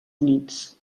units